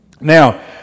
Now